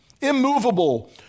immovable